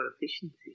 efficiency